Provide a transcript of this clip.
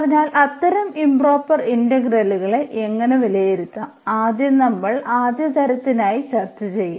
അതിനാൽ അത്തരം ഇംപ്റോപർ ഇന്റഗ്രലുകളെ എങ്ങനെ വിലയിരുത്താം ആദ്യം നമ്മൾ ആദ്യ തരത്തിനായി ചർച്ച ചെയ്യും